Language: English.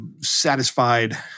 satisfied